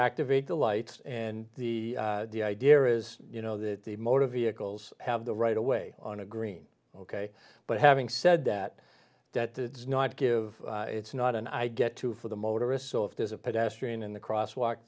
activate the lights and the idea is you know that the motor vehicles have the right away on a green ok but having said that that does not give it's not and i get two for the motorists so if there's a pedestrian in the cross walk